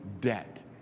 debt